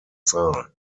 zahl